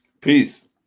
Peace